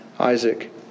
Isaac